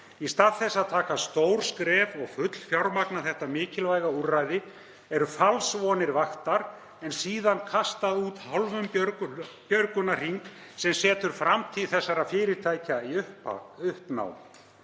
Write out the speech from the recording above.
Í stað þess að taka stór skref og fullfjármagna þetta mikilvæga úrræði eru falsvonir vaktar en síðan kastað út hálfum björgunarhring sem setur framtíð þessara fyrirtækja í uppnám.